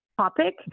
topic